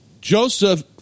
Joseph